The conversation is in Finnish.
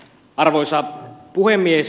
arvoisa puhemies